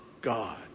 God